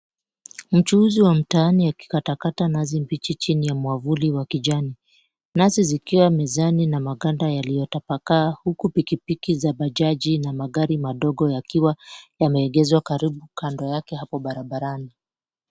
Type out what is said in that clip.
Mchuuzi wa mtaani akikatakata nazi mbichi chini ya mwavuli wa kijani. Nazi zikiwa mezani na maganda yaliyotapakaa, huku pikipiki za bajaji na magari madogo yakiwa yameegezwa karibu kando yake hapo barabarani.